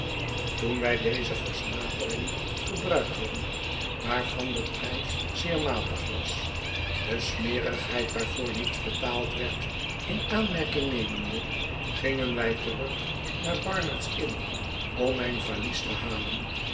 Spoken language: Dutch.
toen wij deze versnapering gebruikt hadden waarvan de prijs zeer matig was de smerigheid waarvoor niets betaald werd in aanmerking nemende gingen wij terug naar barnard s inn om mijn valies te halen